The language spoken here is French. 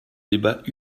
débat